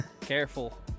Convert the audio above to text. Careful